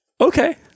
Okay